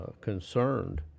concerned